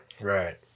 Right